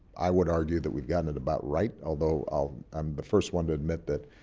i would argue that we've gotten it about right, although i'm the first one to admit that